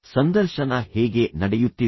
ಸಂದರ್ಶನ ಹೇಗೆ ನಡೆಯುತ್ತಿದೆ